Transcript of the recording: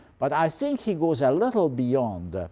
but i think he goes a little beyond